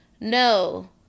No